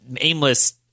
aimless